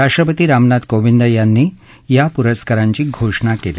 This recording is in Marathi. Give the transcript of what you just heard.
राष्ट्रपती रामनाथ कोविंद यांनी या पुरस्कारांची घोषणा करण्यात आली